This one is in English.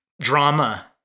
drama